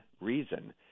reason